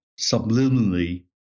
subliminally